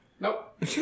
Nope